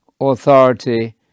authority